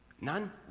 None